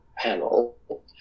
panel